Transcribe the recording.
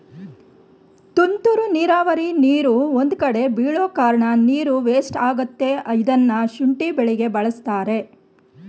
ತುಂತುರು ನೀರಾವರಿ ನೀರು ಒಂದ್ಕಡೆ ಬೀಳೋಕಾರ್ಣ ನೀರು ವೇಸ್ಟ್ ಆಗತ್ತೆ ಇದ್ನ ಶುಂಠಿ ಬೆಳೆಗೆ ಬಳಸ್ತಾರೆ